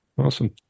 Awesome